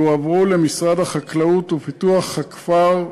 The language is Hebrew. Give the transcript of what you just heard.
יועברו למשרד החקלאות ופיתוח הכפר,